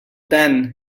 then